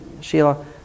Sheila